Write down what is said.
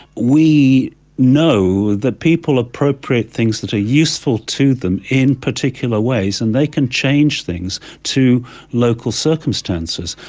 we know that people appropriate things that are useful to them in particular ways, and they can change things to local circumstances.